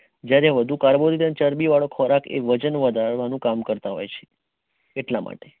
જ્યારે વધુ કાર્બોદિત અને ચરબીવાળો ખોરાક વજન વધારવાનું કામ કરતા હોય છે એટલા માટે